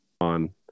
on